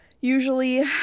Usually